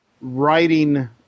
writing